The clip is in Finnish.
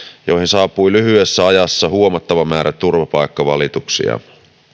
joihin saapui lyhyessä ajassa huomattava määrä turvapaikkavalituksia